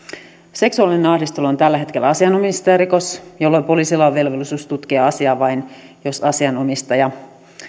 seksuaalinen ahdistelu on tällä hetkellä asianomistajarikos jolloin poliisilla on velvollisuus tutkia asiaa vain jos asianomistaja